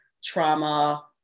trauma